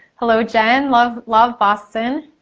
hello, jen. love love boston.